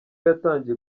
yatangiye